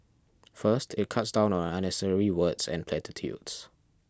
first it cuts down on unnecessary words and platitudes